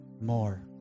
more